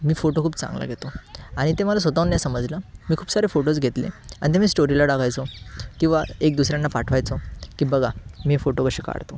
मी photo खूप चांगला घेतो आणि ते मला स्वतःहून नाही समजलं मी खूप सारे फोटोज घेतले आणि ते मी स्टोरीला टाकायचो किंवा एक दुसऱ्यांना पाठवायचो की बघा मी फोटो कसे काढतो